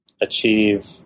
achieve